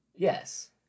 Yes